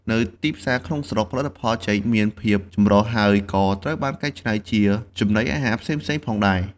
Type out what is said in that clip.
នៅទីផ្សារក្នុងស្រុក ផលិតផលចេកមានភាពចម្រុះ ហើយក៏ត្រូវបានកែច្នៃជាចំណីអាហារផ្សេងៗផងដែរ។